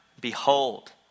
Behold